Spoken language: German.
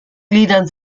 gliedern